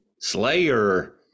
slayer